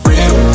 Real